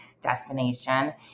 destination